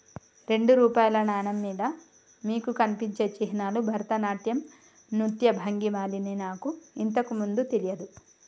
రెండు రూపాయల నాణెం మీద మీకు కనిపించే చిహ్నాలు భరతనాట్యం నృత్య భంగిమలని నాకు ఇంతకు ముందు తెలియదు